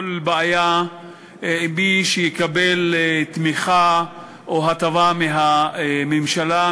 בעיה עם מי שיקבל תמיכה או הטבה מהממשלה,